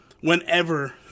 whenever